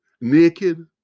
Naked